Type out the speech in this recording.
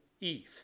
Eve